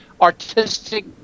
artistic